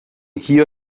hier